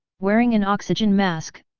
wearing an oxygen mask,